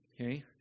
Okay